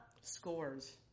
scores